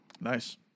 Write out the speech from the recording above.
Nice